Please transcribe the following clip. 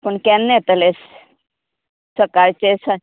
पूण केन्ना येतलें सकाळचें सान